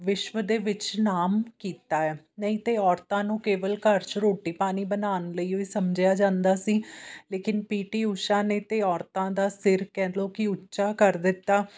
ਵਿਸ਼ਵ ਦੇ ਵਿੱਚ ਨਾਮ ਕੀਤਾ ਹੈ ਨਹੀਂ ਤਾਂ ਔਰਤਾਂ ਨੂੰ ਕੇਵਲ ਘਰ 'ਚ ਰੋਟੀ ਪਾਣੀ ਬਣਾਉਣ ਲਈ ਓ ਹੀ ਸਮਝਿਆ ਜਾਂਦਾ ਸੀ ਲੇਕਿਨ ਪੀ ਟੀ ਊਸ਼ਾ ਨੇ ਤਾਂ ਔਰਤਾਂ ਦਾ ਸਿਰ ਕਹਿ ਲਓ ਕਿ ਉੱਚਾ ਕਰ ਦਿੱਤਾ